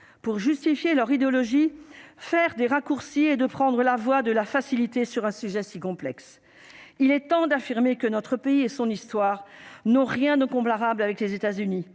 pour justifier leur idéologie, faire des raccourcis et de prendre la voie de la facilité sur un sujet si complexe, il est temps d'affirmer que notre pays et son histoire, non, rien ne comparable avec les États-Unis